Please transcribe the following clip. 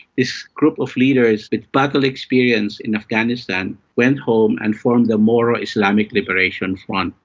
this group of leaders with battle experience in afghanistan went home and formed the moro islamic liberation front.